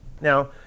Now